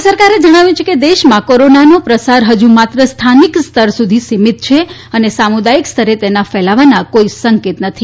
કેન્દ્ર સરકારે જણવ્યું છે કે દેશમાં કોરોનાનો પ્રસાર હજુ માત્ર સ્થાનિક સ્તર સુધી સીમિત છે અને સામુદાયિક સ્તરે તેના ફેલાવાના કોઈ સંકેત નથી